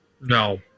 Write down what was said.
no